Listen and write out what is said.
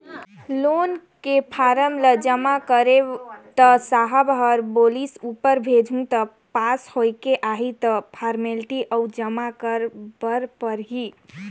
loan के form ल जमा करेंव त साहब ह बोलिस ऊपर भेजहूँ त पास होयके आही त फारमेलटी अउ जमा करे बर परही